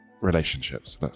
relationships